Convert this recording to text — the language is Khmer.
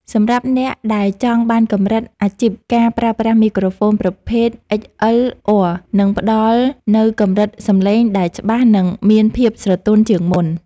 សម្រាប់អ្នកដែលចង់បានកម្រិតអាជីពការប្រើប្រាស់មីក្រូហ្វូនប្រភេទអុិចអិលអ័រនឹងផ្តល់នូវកម្រិតសំឡេងដែលច្បាស់ និងមានភាពស្រទន់ជាងមុន។